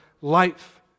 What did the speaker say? life